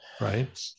Right